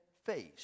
face